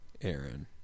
Aaron